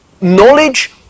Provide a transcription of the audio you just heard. knowledge